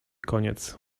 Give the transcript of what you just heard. koniec